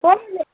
कोण उलयता